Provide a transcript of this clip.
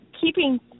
keeping